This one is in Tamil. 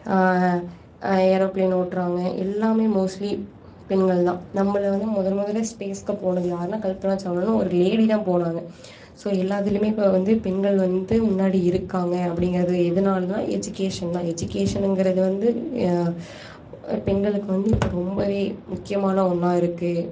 ஏரோப்ளேன் ஓட்டுறாங்க எல்லாமே மோஸ்ட்லி பெண்கள்தான் நம்மள வந்து முதல் முதல்ல ஸ்பேஸுக்குப் போனது யாருன்னால் கல்பனா சாவ்லான்னு ஒரு லேடி தான் போனாங்க ஸோ எல்லா இதுலேயுமே இப்போ வந்து பெண்கள் வந்து முன்னாடி இருக்காங்க அப்படிங்கறது எதனாலன்னால் எஜிகேஷன் தான் எஜிகேஷன்னுங்கிறது வந்து பெண்களுக்கு வந்து இப்போ ரொம்பவே முக்கியமான ஒன்றா இருக்குது